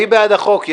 מי בעד החוק?